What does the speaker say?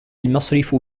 المصرف